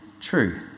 true